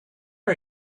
are